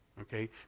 okay